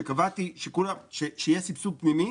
שקבעתי שיהיה סבסוד פנימי,